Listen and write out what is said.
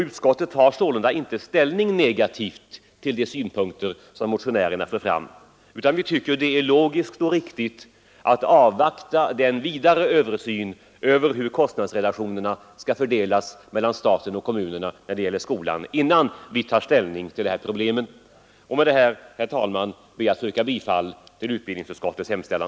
Utskottet tar sålunda inte ställning negativt till motionärernas synpunkter utan tycker det är logiskt och riktigt att avvakta den vidare översynen av hur skolkostnaderna skall fördelas mellan staten och kommunerna innan vi tar ställning till dessa problem. Med detta ber jag, herr talman, att få yrka bifall till utskottets hemställan.